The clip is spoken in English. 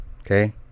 Okay